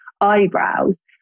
eyebrows